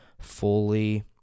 fully